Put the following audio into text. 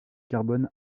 carbone